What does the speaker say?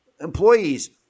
employees